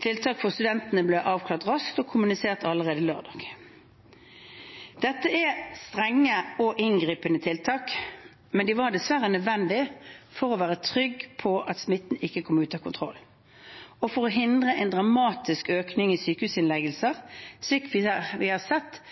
Tiltak for studentene ble avklart raskt og kommunisert allerede lørdag. Dette er strenge og inngripende tiltak, men de var dessverre nødvendige for at vi skulle være trygge på at smitten ikke kom ut av kontroll, og for å hindre en dramatisk økning i sykehusinnleggelser, slik vi har sett